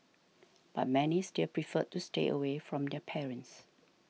but many still preferred to stay away from their parents